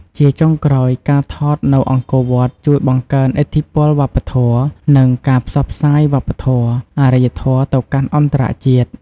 ជាចុងក្រោយ ការថតនៅអង្គរវត្តជួយបង្កើនឥទ្ធិពលវប្បធម៌ និងការផ្សព្វផ្សាយវប្បធម៌ អរិយធម៌ទៅកាន់អន្តរជាតិ។